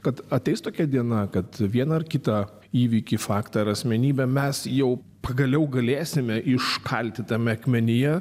kad ateis tokia diena kad vieną ar kitą įvykį faktą ar asmenybę mes jau pagaliau galėsime iškalti tame akmenyje